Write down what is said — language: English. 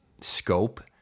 scope